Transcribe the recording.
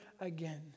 again